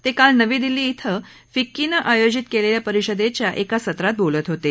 ते काल नवी दिल्ली इथं फिक्कीनं आयोजित केलेल्या परिषदेच्या एका सत्रात बोलत होतं